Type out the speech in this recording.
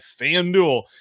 FanDuel